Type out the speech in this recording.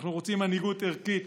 אנחנו רוצים מנהיגות ערכית,